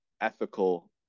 Ethical